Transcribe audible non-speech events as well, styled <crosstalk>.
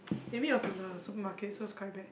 <noise> maybe it was from the supermarket so it was quite bad